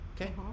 okay